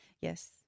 Yes